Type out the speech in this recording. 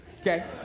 Okay